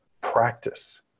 practice